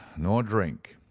nor drink.